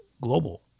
global